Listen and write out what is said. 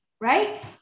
right